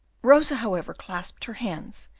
rosa, however, clasped her hands,